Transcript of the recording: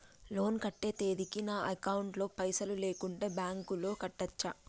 Loan కట్టే తేదీకి నా అకౌంట్ లో పైసలు లేకుంటే బ్యాంకులో కట్టచ్చా?